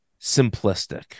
simplistic